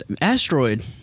Asteroid